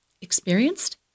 experienced